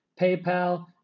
PayPal